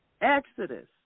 Exodus